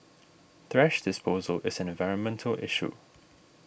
thrash disposal is an environmental issue